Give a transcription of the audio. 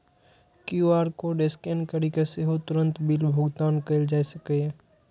QR code scan करि कें सेहो तुरंत बिल भुगतान कैल जा सकैए